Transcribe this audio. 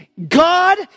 God